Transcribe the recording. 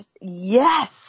Yes